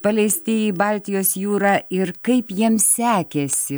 paleisti į baltijos jūrą ir kaip jiems sekėsi